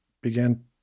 began